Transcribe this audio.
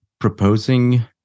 Proposing